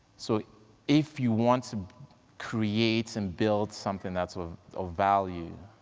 so if you want to create and build something that's ah of value,